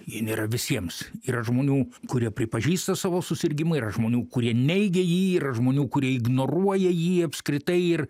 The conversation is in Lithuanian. ji nėra visiems yra žmonių kurie pripažįsta savo susirgimą yra žmonių kurie neigia jį yra žmonių kurie ignoruoja jį apskritai ir